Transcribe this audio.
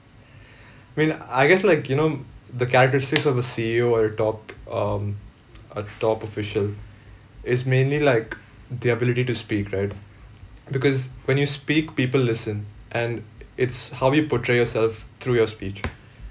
well I guess like you know the characteristics of a C_E_O or a top um a top official is mainly like the ability to speak right because when you speak people listen and it's how you portray yourself through your speech